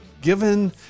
given